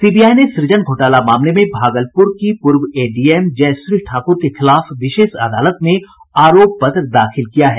CBI ने सुजन घोटाला मामले में भागलपूर की पूर्व डीएम जयश्री ठाकूर के खिलाफ विशेष अदालत में आरोप पत्र दाखिल किया है